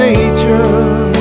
Nature